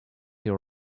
your